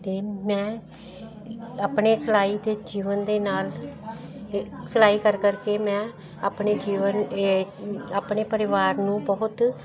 ਅਤੇ ਮੈਂ ਆਪਣੇ ਸਿਲਾਈ ਦੇ ਜੀਵਨ ਦੇ ਨਾਲ ਸਿਲਾਈ ਕਰ ਕਰ ਕੇ ਮੈਂ ਆਪਣੇ ਜੀਵਨ ਏ ਆਪਣੇ ਪਰਿਵਾਰ ਨੂੰ ਬਹੁਤ